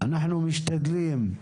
אנחנו משתדלים,